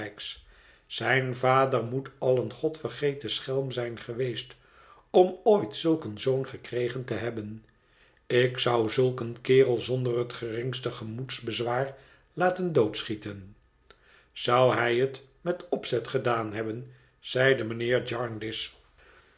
zijn vader moet al een godvergeten schelm zijn geweest om ooit zulk een zoon gekregen te hebben ik zou zulk een kerel zonderhet geringste gemoedsbezwaar laten doodschieten zou hij het met opzet gedaan hebben zeide mijnheer